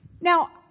Now